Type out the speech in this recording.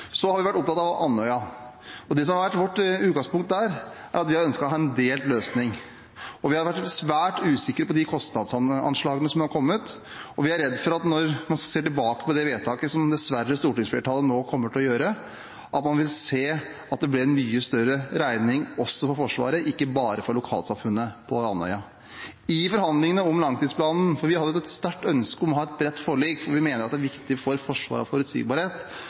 har vært opptatt av Andøya. Det som har vært vårt utgangspunkt der, er at vi har ønsket en delt løsning. Vi har vært svært usikre på de kostnadsanslagene som har kommet, og vi er redd for at når man ser tilbake på det vedtaket som stortingsflertallet dessverre nå kommer til å gjøre, vil man se at det ble en mye større regning også for Forsvaret, ikke bare for lokalsamfunnet på Andøya. Vi hadde et sterkt ønske om et bredt forlik, fordi vi mener at det er viktig for Forsvaret å ha forutsigbarhet,